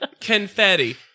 confetti